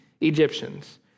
Egyptians